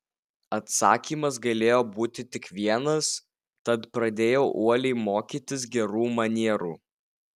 atsakymas galėjo būti tik vienas tad pradėjau uoliai mokytis gerų manierų